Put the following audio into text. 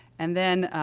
and then,